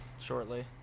shortly